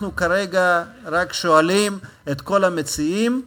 אנחנו כרגע רק שואלים את כל המציעים,